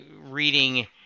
reading